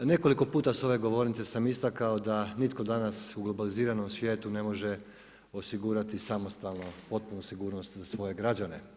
Nekoliko puta sa ove govornice sam istakao da nitko danas u globaliziranom svijetu ne može osigurati samostalnu potpunu sigurnost za svoje građane.